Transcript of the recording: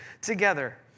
together